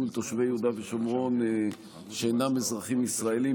מול תושבי יהודה ושומרון שאינם אזרחים ישראלים,